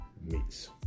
meets